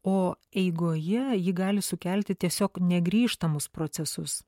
o eigoje ji gali sukelti tiesiog negrįžtamus procesus